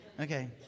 Okay